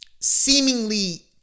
seemingly